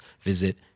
visit